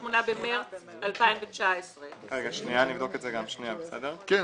28 במרס 2019. נכון.